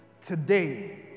Today